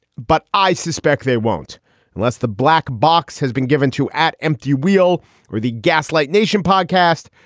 but i suspect they won't unless the black box has been given to at empty wheel or the gaslight nation podcast.